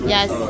Yes